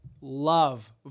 love